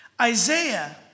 Isaiah